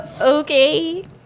okay